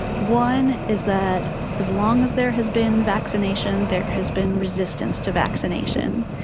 one is that as long as there has been vaccination there has been resistance to vaccination.